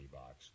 box